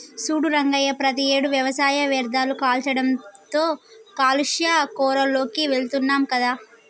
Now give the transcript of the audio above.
సూడు రంగయ్య ప్రతియేడు వ్యవసాయ వ్యర్ధాలు కాల్చడంతో కాలుష్య కోరాల్లోకి వెళుతున్నాం కదా